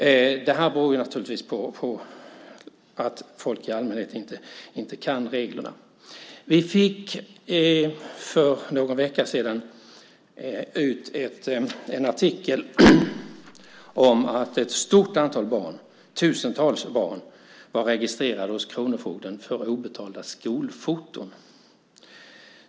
Detta beror naturligtvis på att folk i allmänhet inte kan reglerna. Vi fick för någon vecka sedan läsa en artikel om att tusentals barn är registrerade hos kronofogden för obetalda skolfoton.